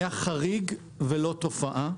היה חריג ולא תופעה.